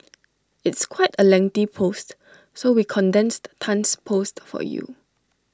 it's quite A lengthy post so we condensed Tan's post for you